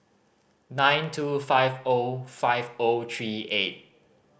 nine two five O five O three eight